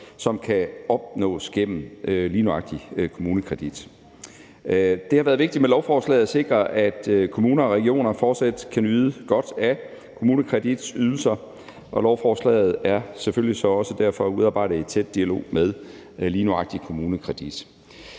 som kan opnås gennem lige nøjagtig KommuneKredit. Det har været vigtigt med lovforslaget at sikre, at kommuner og regioner fortsat kan nyde godt af KommuneKredits ydelser, og lovforslaget er selvfølgelig så også derfor udarbejdet i tæt dialog med lige nøjagtig KommuneKredit.